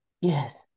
Yes